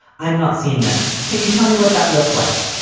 i'm not seeing them. can you tell me what that looks like?